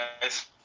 guys